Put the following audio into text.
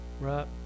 Right